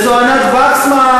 וזו ענת וקסמן,